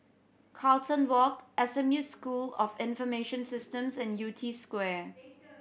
Carlton Walk S M U School of Information Systems and Yew Tee Square